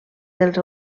dels